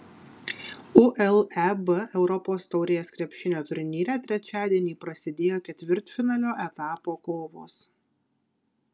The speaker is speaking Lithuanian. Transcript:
uleb europos taurės krepšinio turnyre trečiadienį prasidėjo ketvirtfinalio etapo kovos